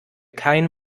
kein